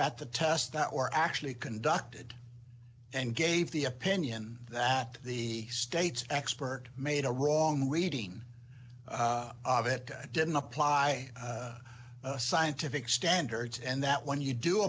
at the tests that were actually conducted and gave the opinion that the state's expert made a wrong reading of it didn't apply a scientific standards and that when you do